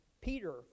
Peter